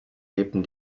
lebten